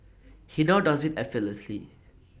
he now does IT effortlessly